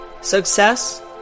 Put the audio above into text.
success